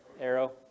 Arrow